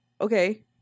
okay